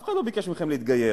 אף אחד לא ביקש מכם להתגייר.